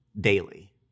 daily